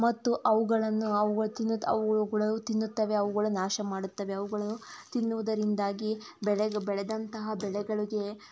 ಮತ್ತು ಅವುಗಳನ್ನು ಅವುಗಳು ತಿನ್ನುತ್ತ ಅವುಗಳು ತಿನ್ನುತ್ತವೆ ಅವುಗಳು ನಾಶಮಾಡುತ್ತವೆ ಅವುಗಳು ತಿನ್ನುವುದರಿಂದಾಗಿ ಬೆಳೆಗೆ ಬೆಳೆದಂತಹ ಬೆಳೆಗಳಿಗೆ